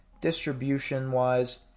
Distribution-wise